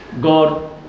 God